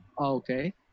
Okay